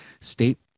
state